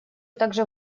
также